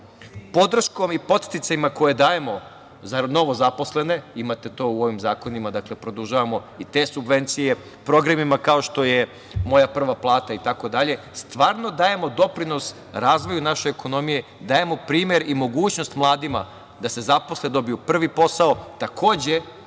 podrškom i podsticajima koje dajemo za novozaposlene, imate to u ovim zakonima, produžavamo i te subvencije programima kao što je „Moja prva plata„ itd. stvarno dajemo doprinos razvoju naše ekonomije, dajemo primer i mogućnost mladima da se zaposle, da dobiju prvi posao. Takođe,